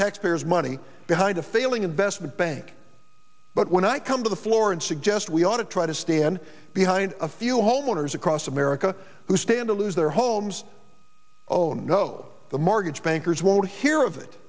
taxpayers money behind a failing investment bank but when i come to the floor and suggest we ought to try to stand behind a few homeowners across america who stand to lose their homes oh no the mortgage bankers won't hear of it